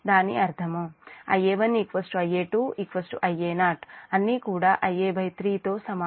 దాని అర్థము Ia1 Ia2 Ia0 అన్నీ కూడా Ia3 తో సమానం